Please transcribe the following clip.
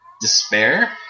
despair